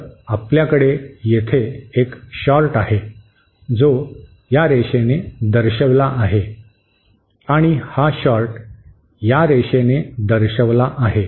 तर आपल्याकडे येथे एक शॉर्ट आहे जो या रेषाने दर्शविला आहे आणि हा शॉर्ट या रेषाने दर्शविला आहे